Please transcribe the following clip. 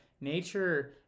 Nature